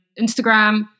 Instagram